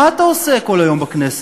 מה אתה עושה כל היום בכנסת?